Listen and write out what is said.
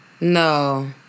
No